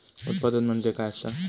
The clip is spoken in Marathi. उत्पादन म्हणजे काय असा?